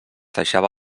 deixava